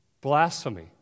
blasphemy